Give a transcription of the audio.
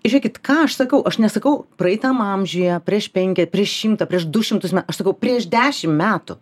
žiūrėkit ką aš sakau aš nesakau praeitam amžiuje prieš penkia prieš šimtą prieš du šimtus me aš sakau prieš dešim metų